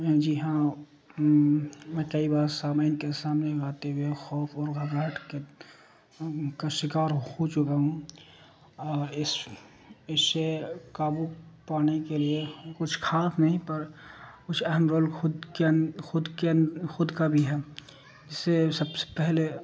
جی ہاں میں کئی بار سامین کے سامنے گاتے ہوئے خوف اور گگاہٹ کے کا شکار ہو چکا ہوں اور اس اس سے قابو پانے کے لیے کچھ خاص نہیں پر کچھ اہم رول خود کے خود کے خود کا بھی ہے اس سے سب سے پہلے